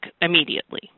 immediately